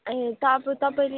ए त अब तपाईँले